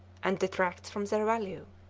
and detracts from their value.